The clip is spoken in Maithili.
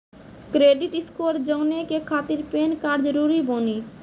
क्रेडिट स्कोर जाने के खातिर पैन कार्ड जरूरी बानी?